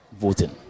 voting